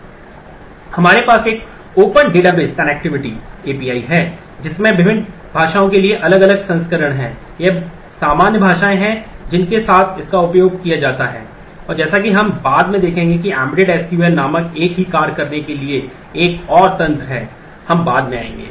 हमारे पास एक ओपन डेटाबेस कनेक्टिविटी नामक एक ही कार्य करने के लिए एक और तंत्र है हम बाद में आएंगे